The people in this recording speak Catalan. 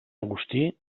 agustí